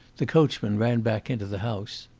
the coachman ran back into the house.